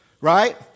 right